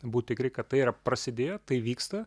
būt tikri kad tai yra prasidėję tai vyksta